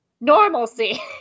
normalcy